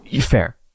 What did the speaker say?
Fair